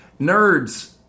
Nerds